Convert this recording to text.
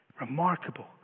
Remarkable